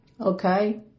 Okay